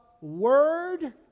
word